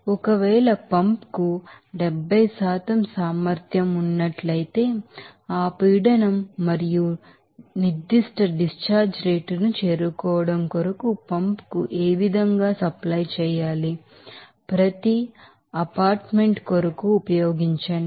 ఒకవేళ పంప్ కు 70 సామర్థ్యం ఉన్నట్లయితే ఆ ప్రెషర్ మరియు నిర్ధిష్ట డిశ్చార్జ్ రేటును చేరుకోవడం కొరకు పంప్ కు ఏవిధంగా సప్లై చేయాలి ప్రతి ఎక్సటింగుకిశ్మెంట్ కొరకు ఉపయోగించండి